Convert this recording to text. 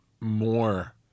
more